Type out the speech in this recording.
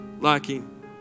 lacking